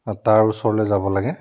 অঁ তাৰ ওচৰলৈ যাব লাগে